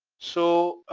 so,